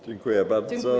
Dziękuję bardzo.